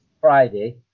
Friday